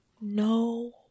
No